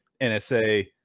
NSA